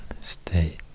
state